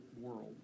world